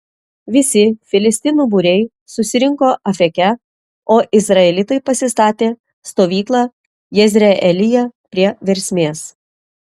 visi filistinų būriai susirinko afeke o izraelitai pasistatė stovyklą jezreelyje prie versmės